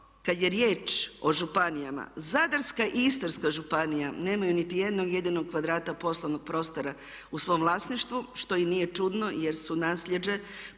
kad je riječ o županijama, Zadarska i Istarska županija nemaju niti jednog jedinog kvadrata poslovnog prostora u svom vlasništvu što i nije čudno jer su nasljeđe